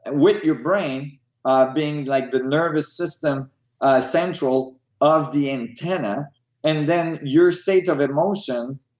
and with your brain ah being like the nervous system ah central of the antenna and then, your state of emotion,